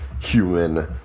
human